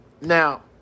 Now